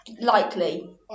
Likely